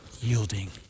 yielding